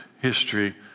history